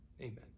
Amen